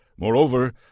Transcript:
Moreover